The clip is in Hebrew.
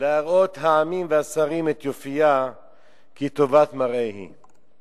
להראות העמים והשרים את יופיה, כי טובת מראה היא.